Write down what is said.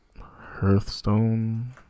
Hearthstone